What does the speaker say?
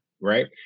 right